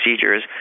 procedures